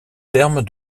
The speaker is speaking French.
terme